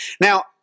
now